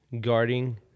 guarding